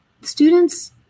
students